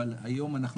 אבל היום אנחנו,